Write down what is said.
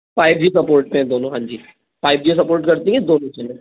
five G support हैं दोनों हाँ जी फाइव जी सपोर्ट करती हैं दोनों सिम